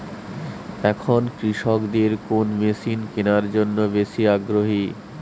এখন কৃষকদের কোন মেশিন কেনার জন্য বেশি আগ্রহী?